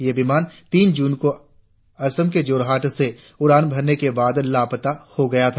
ये विमान तीन जून को असम के जोरहाट से उड़ान भरने के बाद लापता हो गया था